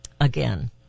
again